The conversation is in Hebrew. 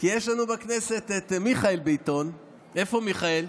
כי יש לנו בכנסת את מיכאל ביטון, איפה מיכאל?